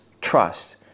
trust